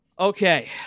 Okay